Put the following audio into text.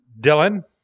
Dylan